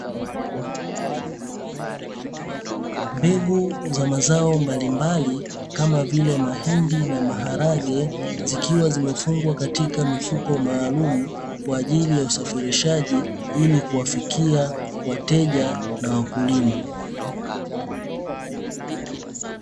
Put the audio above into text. Mbegu za mazao mbalimbali kama vile mahindi na maharage, zikiwa zimefungwa katika mifuko maalumu kwa ajili ya usafirishaji ili kuwafikia wateja na wakulima.